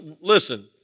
listen